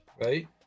right